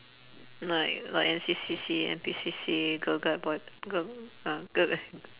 like like N_C_C_C N_P_C_C girl guide boy gui~ girl uh girl guide